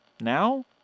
Now